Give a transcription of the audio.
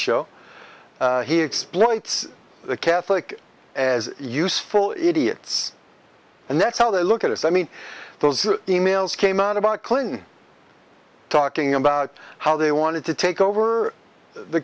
show he explained the catholic as useful idiots and that's how they look at us i mean those emails came out about clinton talking about how they wanted to take over the